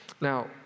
Now